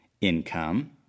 income